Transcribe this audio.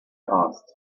asked